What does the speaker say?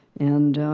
and